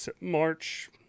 March